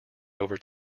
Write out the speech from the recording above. over